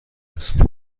است